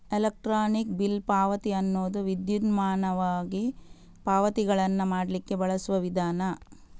electronic bill ಪಾವತಿ ಅನ್ನುದು ವಿದ್ಯುನ್ಮಾನವಾಗಿ ಪಾವತಿಗಳನ್ನ ಮಾಡ್ಲಿಕ್ಕೆ ಬಳಸುವ ವಿಧಾನ